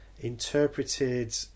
Interpreted